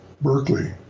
Berkeley